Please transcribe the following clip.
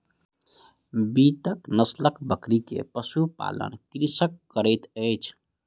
बीतल नस्लक बकरी के पशु पालन कृषक करैत अछि